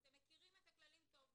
אתם מכירים את הכללים טוב מאוד.